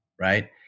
right